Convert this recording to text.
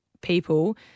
people